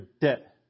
debt